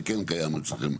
זה כן קיים אצלכם.